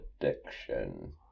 addiction